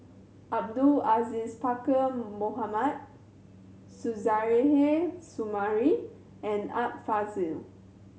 Abdul Aziz Pakkeer Mohamed Suzairhe Sumari and Art Fazil